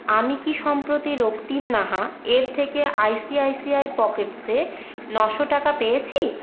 আমি কি সম্প্রতি রক্তিম নাহা এর থেকে আইসিআইসিআই পকেটসে নশো টাকা পেয়েছি